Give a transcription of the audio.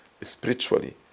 spiritually